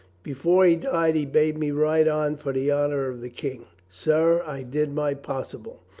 before he died he bade me ride on for the honor of the king. sir, i did my possible.